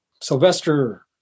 sylvester